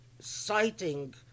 citing